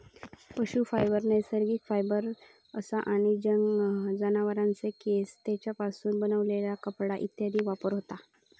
पशू फायबर नैसर्गिक फायबर असा आणि जनावरांचे केस, तेंच्यापासून बनलेला कपडा इत्यादीत वापर होता